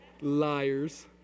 Liars